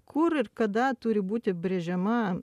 kur ir kada turi būti brėžiama